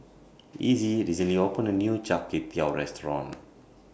Essie recently opened A New Char Kway Teow Restaurant